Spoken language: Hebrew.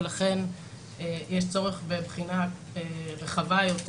ולכן יש צורך בבחינה רחבה יותר.